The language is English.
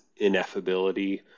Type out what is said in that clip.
ineffability